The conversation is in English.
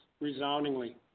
resoundingly